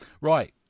Right